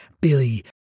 Billy